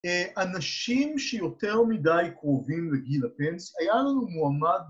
אנשים שיותר מדי קרובים לגיל הפנס..., היה לנו מועמד